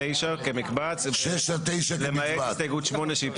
(הישיבה נפסקה בשעה 10:09 ונתחדשה בשעה 10:17.)